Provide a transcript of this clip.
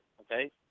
okay